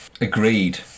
Agreed